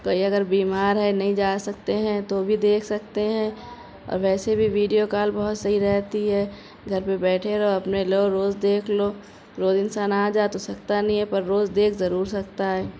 کوئی اگر بیمار ہے نہیں جا سکتے ہیں تو بھی دیکھ سکتے ہیں اور ویسے بھی ویڈیو کال بہت صحیح رہتی ہے گھر پہ بیٹھے رہو اپنے لو روز دیکھ لو روز انسان آ جا تو سکتا نہیں ہے پر روز دیکھ ضرور سکتا ہے